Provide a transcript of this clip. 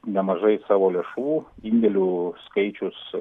nemažai savo lėšų indėlių skaičius